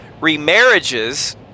remarriages